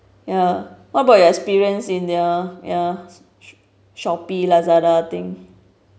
ya what about your experience in ya ya shopee lazada thing